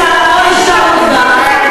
או להישארות בה,